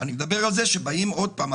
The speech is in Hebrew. אני מדבר על זה שבאים עוד פעם,